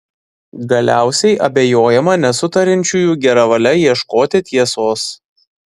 galiausiai abejojama nesutariančiųjų gera valia ieškoti tiesos